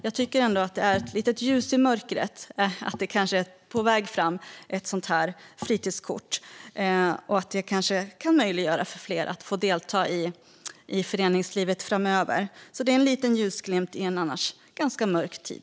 Jag tycker att det är ett litet ljus i mörkret att ett fritidskort kanske är på väg fram. Det kanske kan möjliggöra för fler att delta i föreningslivet framöver. Det är en liten ljusglimt i en annars ganska mörk tid.